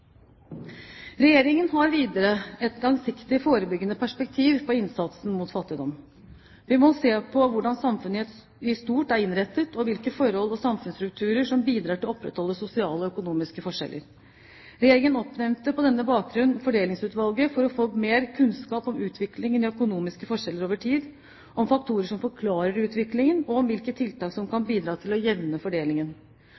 Regjeringen har videre et langsiktig, forebyggende perspektiv på innsatsen mot fattigdom. Vi må se på hvordan samfunnet i stort er innrettet, og hvilke forhold og samfunnsstrukturer som bidrar til å opprettholde sosiale og økonomiske forskjeller. Regjeringen oppnevnte på denne bakgrunn Fordelingsutvalget for å få mer kunnskap om utviklingen i økonomiske forskjeller over tid, om faktorer som forklarer utviklingen, og om hvilke tiltak som